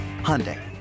Hyundai